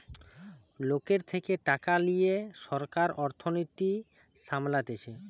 লোকের থেকে টাকা লিয়ে সরকার অর্থনীতি সামলাতিছে